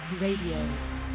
Radio